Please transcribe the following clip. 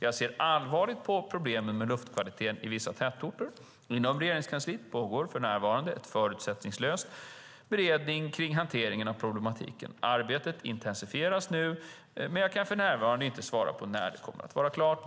Jag ser allvarligt på problemen med luftkvaliteten i vissa tätorter. Inom Regeringskansliet pågår för närvarande en förutsättningslös beredning kring hanteringen av problematiken. Arbetet intensifieras nu, men jag kan för närvarande inte svara på när det kommer att vara klart.